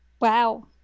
Wow